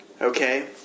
Okay